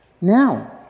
now